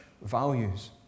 values